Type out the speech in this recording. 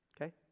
Okay